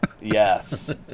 Yes